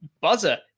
buzzer